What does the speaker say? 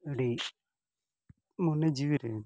ᱟᱹᱰᱤ ᱢᱚᱱᱮ ᱡᱤᱣᱤᱨᱮ